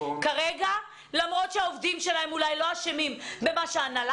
כרגע למרות שהעובדים שלהם לא אשמים במה שההנהלה